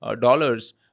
dollars